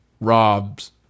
robs